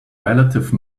relative